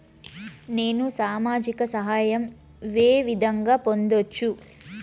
నేను సామాజిక సహాయం వే విధంగా పొందొచ్చు?